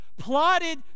Plotted